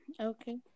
Okay